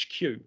HQ